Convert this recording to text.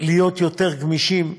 להיות יותר גמישים,